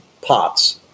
pots